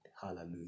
Hallelujah